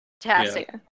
Fantastic